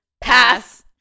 Pass